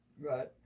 Right